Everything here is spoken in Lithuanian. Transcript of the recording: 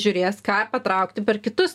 žiūrės ką patraukti per kitus